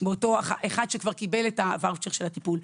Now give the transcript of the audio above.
אותו אחד שכבר קיבל את הוואוצ'ר של הטיפול.